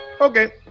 Okay